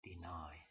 deny